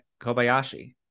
kobayashi